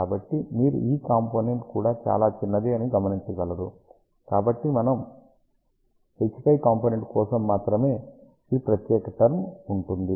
కాబట్టి మీరు ఈ కాంపోనెంట్ కూడా చాలా చిన్నది అని గమనించగలరు కాబట్టి మనము Hφ కాంపోనెంట్ కోసం మాత్రమే ఈ ప్రత్యేక టర్మ్ఉంటుంది